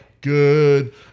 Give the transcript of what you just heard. Good